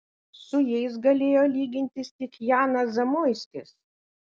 su jais galėjo lygintis tik janas zamoiskis